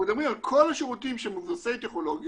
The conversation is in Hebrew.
אנחנו מדברים על כל השירותים שהם מבוססי טכנולוגיות